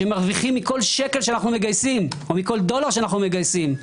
שמרוויחים מכל דולר שאנו מגייסים,